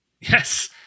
Yes